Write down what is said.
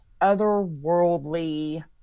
otherworldly